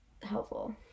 helpful